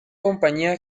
compañía